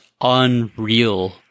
unreal